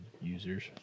users